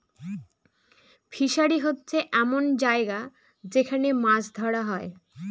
fishery হচ্ছে এমন জায়গা যেখান মাছ ধরা হয়